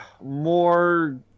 more